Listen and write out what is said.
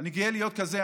אני גאה להיות כזה.